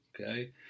Okay